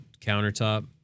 countertop